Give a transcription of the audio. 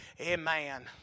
amen